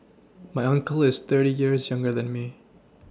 my uncle is thirty years younger than me